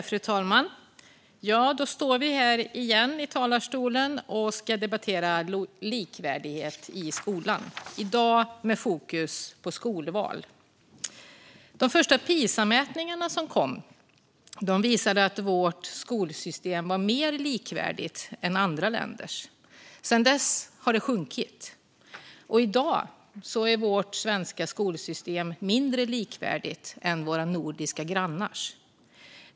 Fru talman! Då står vi här igen i talarstolen och ska debattera likvärdighet i skolan, i dag med fokus på skolval. De första Pisamätningarna som kom visade att vårt skolsystem var mer likvärdigt än andra länders. Sedan dess har likvärdigheten minskat, och i dag är vårt svenska skolsystem mindre likvärdigt än våra nordiska grannars.